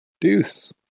Deuce